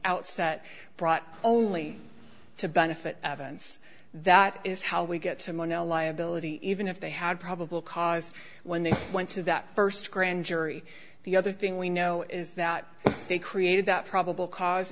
brought only to benefit evidence that is how we get to mono liability even if they had probable cause when they went to that st grand jury the other thing we know is that they created that probable cause